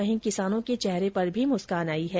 वहीं किसानों के चेहरे पर भी मुस्कान आई है